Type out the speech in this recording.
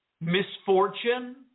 misfortune